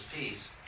peace